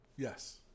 Yes